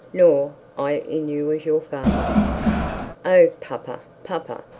nor i in you as your father oh, papa, papa!